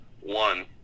one